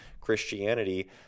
Christianity